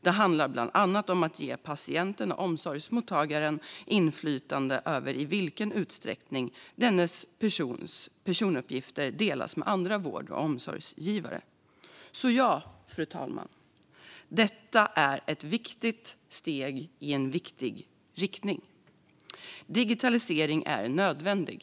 Det handlar bland annat om att ge patienten och omsorgsmottagaren inflytande över i vilken utsträckning dennes personuppgifter delas med andra vård och omsorgsgivare. Fru talman! Detta är ett viktigt steg i en viktig riktning. Digitalisering är nödvändig.